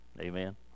amen